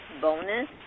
bonus